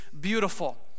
beautiful